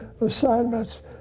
assignments